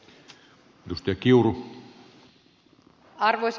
arvoisa puhemies